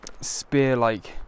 spear-like